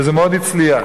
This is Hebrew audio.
וזה מאוד הצליח.